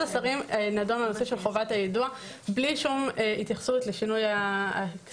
בוועדת השרים נדון הנושא של חובת היידוע בלי כל התייחסות לשינוי בחוק.